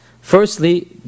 firstly